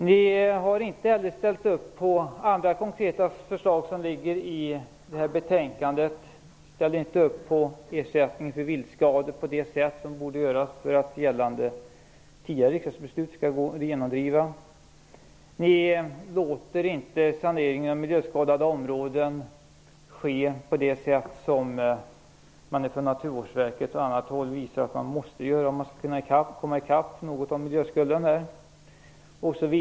Ni har inte heller ställt upp på andra konkreta förslag som finns med i det här betänkandet. Ni ställer inte upp på ersättning för viltskador på det sätt som borde göras för att tidigare riksdagsbeslut skall gå att genomdriva. Ni låter inte saneringen av miljöskadade områden ske så som Naturvårdsverket och andra har visat att den måste ske för att man skall kunna komma till rätta med miljöskulden.